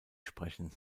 sprechen